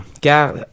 Car